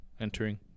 entering